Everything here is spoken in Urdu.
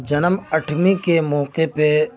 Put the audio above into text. جنم اٹھمی کے موقع پہ